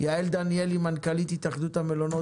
יעל דניאלי מנכ"לית התאחדות המלונות,